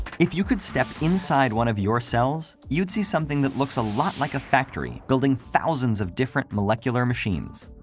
if you could step inside one of your cells, you'd see something that looks a lot like a factory building thousands of different molecular machines.